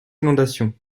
inondations